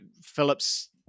Phillips